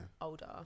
older